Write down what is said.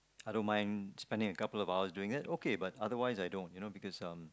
I don't mind spending a couple of hours doing it okay but otherwise I don't you know because um